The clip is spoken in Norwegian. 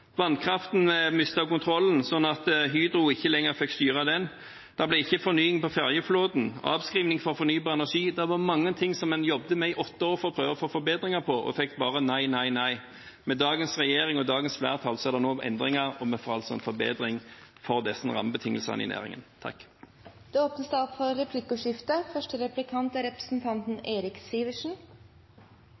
vannkraften, mistet en kontrollen sånn at Hydro ikke lenger fikk styre den, det ble ikke fornying på fergeflåten, avskriving for fornybar energi – det var mange ting som en jobbet med i åtte år for å prøve å få forbedringer på og fikk bare nei, nei, nei. Med dagens regjering og dagens flertall er det nå endringer, og vi får altså en forbedring for det som er rammebetingelsene i næringen. Det blir replikkordskifte. Også luft er viktig for